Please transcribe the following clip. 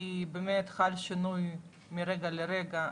כי באמת חל שינוי מרגע לרגע.